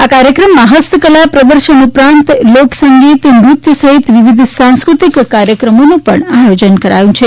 આ કાર્યક્રમમાં ફસ્તકલા પ્રદર્શન ઉપરાંત લોકસંગીત લોકનૃત્ય સહિતના વિવિધ સાંસ્કૃતિક કાર્યક્રમોનું પણ આયોજન કરાયું છે